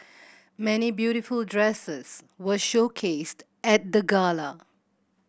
many beautiful dresses were showcased at the gala